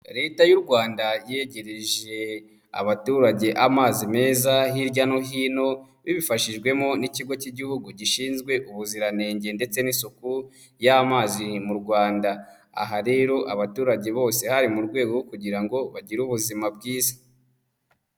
Leta y'u Rwanda yegereje abaturage amazi meza hirya no hino babifashijwemo n'ikigo cy'igihugu gishinzwe ubuziranenge ndetse n'isuku y'amazi mu Rwanda, aha rero abaturage bose hari mu rwego rwo kugira ngo bagire ubuzima bwiza.